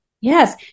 Yes